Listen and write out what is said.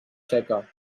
seca